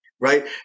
right